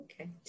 Okay